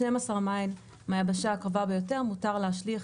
12 מייל מהיבשה הקרובה ביותר מותר להשליך